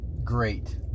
Great